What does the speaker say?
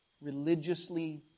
religiously